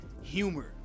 Humor